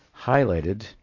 highlighted